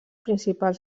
principals